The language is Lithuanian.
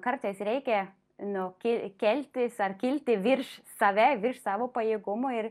kartais reikia nu ke keltis ar kilti virš save virš savo pajėgumo ir